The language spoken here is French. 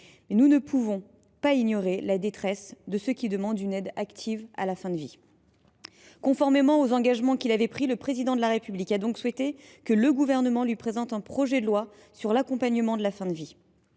nous ne pouvons pas ignorer la détresse de ceux qui demandent une aide active à la fin de vie. Conformément aux engagements qu’il a pris, le Président de la République a souhaité que le Gouvernement lui présente un projet de loi sur l’accompagnement de la fin de vie.